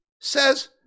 says